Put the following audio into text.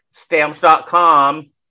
Stamps.com